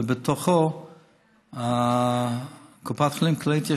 ובתוכו קופת חולים כללית,